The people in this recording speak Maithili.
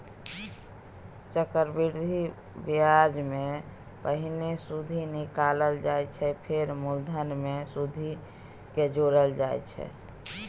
चक्रबृद्धि ब्याजमे पहिने सुदि निकालल जाइ छै फेर मुलधन मे सुदि केँ जोरल जाइ छै